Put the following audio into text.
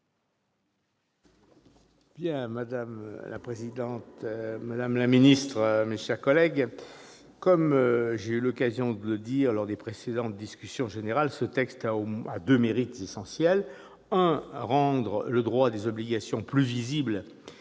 Madame la présidente, madame la ministre, mes chers collègues, comme je l'ai déjà dit lors des précédentes discussions générales, ce texte a deux mérites essentiels : premièrement, rendre le droit des obligations plus visible